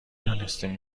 دانستیم